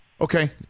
Okay